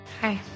Hi